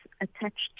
attached